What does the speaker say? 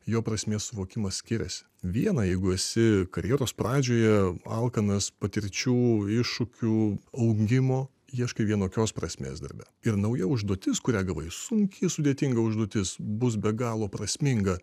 jo prasmės suvokimas skiriasi viena jeigu esi karjeros pradžioje alkanas patirčių iššūkių augimo ieškai vienokios prasmės darbe ir nauja užduotis kurią gavai sunkiai sudėtinga užduotis bus be galo prasminga